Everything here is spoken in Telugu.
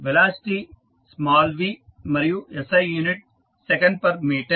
వెలాసిటీ స్మాల్ v మరియు SI unit second per metre